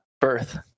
birth